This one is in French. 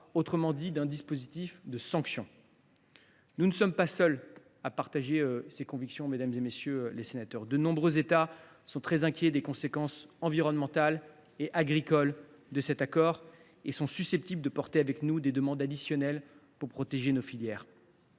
c’est à dire d’un dispositif de sanction. Nous ne sommes pas seuls à partager ces convictions. De nombreux États sont très inquiets des conséquences environnementales et agricoles de cet accord et sont susceptibles d’exprimer avec nous des demandes additionnelles pour protéger nos filières.